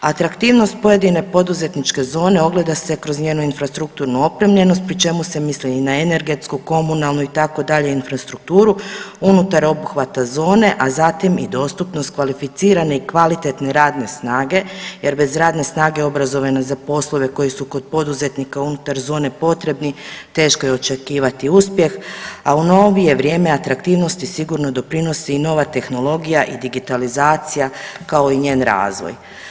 Atraktivnost pojedine poduzetničke zone ogleda se kroz njenu infrastrukturnu opremljenost pri čemu se misli i na energetsku, komunalnu itd. infrastrukturu unutar obuhvata zone, a zatim i dostupnost kvalificirane i kvalitetne radne snage jer bez radne snage obrazovanost za poslove koji su kod poduzetnika unutar zone potrebni teško je očekivati uspjeh, a u novije vrijeme atraktivnosti sigurno doprinosi i nova tehnologija i digitalizacija, kao i njen razvoj.